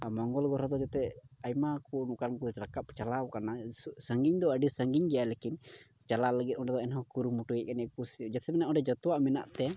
ᱟᱨ ᱢᱚᱝᱜᱚᱞ ᱜᱨᱚᱦᱚ ᱫᱚ ᱡᱟᱛᱮ ᱟᱭᱢᱟ ᱠᱚ ᱚᱱᱠᱟᱱ ᱠᱚ ᱨᱟᱠᱟᱵ ᱪᱟᱞᱟᱣ ᱠᱟᱱᱟ ᱥᱟᱹᱜᱤᱧ ᱥᱟᱺᱜᱤᱧ ᱫᱚ ᱟᱹᱰᱤ ᱥᱟᱺᱜᱤᱧ ᱜᱮᱭᱟ ᱞᱮᱠᱤᱱ ᱪᱟᱞᱟᱜ ᱞᱟᱹᱜᱤᱫ ᱚᱸᱰᱮ ᱫᱚ ᱮᱱ ᱦᱚᱸ ᱠᱩᱨᱩᱢᱩᱴᱩᱭᱮᱫ ᱜᱮᱭᱟ ᱠᱚ ᱠᱩᱥᱤ ᱡᱮᱥᱮ ᱢᱟᱱᱮ ᱚᱸᱰᱮ ᱡᱚᱛᱚᱣᱟᱜ ᱢᱮᱱᱟᱜᱛᱮ